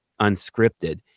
unscripted